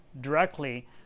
directly